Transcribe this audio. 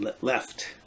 left